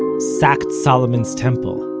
sacked solomon's temple.